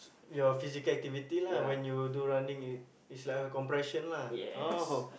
your physical activity lah when you do running it it's like a compression lah oh